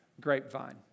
grapevine